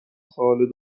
سوال